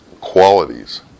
qualities